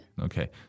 Okay